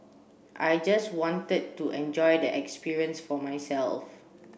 I just wanted to enjoy the experience for myself